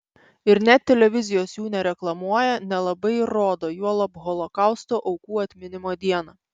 ir net televizijos jų nereklamuoja nelabai ir rodo juolab holokausto aukų atminimo dieną